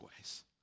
ways